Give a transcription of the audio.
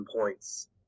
points